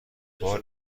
بار